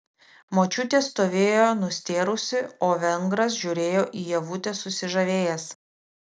močiutė stovėjo nustėrusi o vengras žiūrėjo į ievutę susižavėjęs